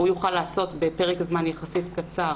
הוא יוכל לעשות בפרק זמן יחסית קצר